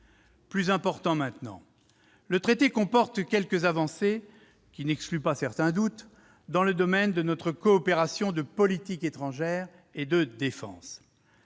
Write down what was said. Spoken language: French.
Plus important, le traité comporte quelques avancées, ce qui n'exclut pas certains doutes, en matière de coopération de politique étrangère et de défense.